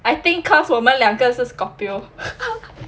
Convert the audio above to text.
I think cause 我们两个是 scorpio